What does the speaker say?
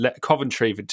Coventry